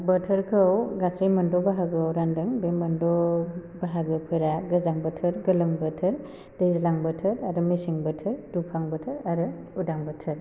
बोथोरखौ गासै मोनद' बाहागोआव रानदों बे मोनद' बाहागोफोरा गोजां बोथोर गोलोम बोथोर दैज्लां बोथोर आरो मेसें बोथोर दुफां बोथोर आरो उदां बोथोर